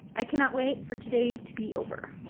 i cannot wait for today to be over.